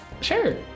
Sure